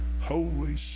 Holy